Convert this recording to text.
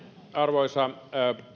arvoisa